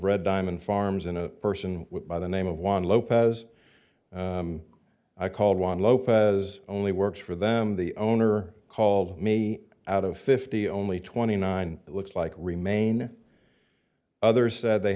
red diamond farms and a person by the name of one lopez i called one lopez only works for them the owner called me out of fifty only twenty nine looks like remain others said they